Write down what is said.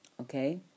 okay